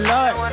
Lord